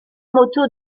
moto